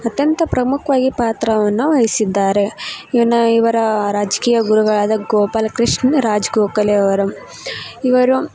ಅತ್ಯಂತ ಪ್ರಮುಖವಾಗಿ ಪಾತ್ರವನ್ನ ವಹಿಸಿದ್ದಾರೆ ಇನ್ನ ಇವರ ರಾಜಕೀಯ ಗುರುಗಳಾದ ಗೋಪಾಲ ಕೃಷ್ಣ ರಾಜ್ ಗೋಖಲೆ ಅವರು ಇವರು